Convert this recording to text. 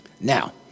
Now